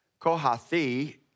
Kohathi